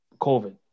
COVID